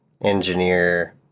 engineer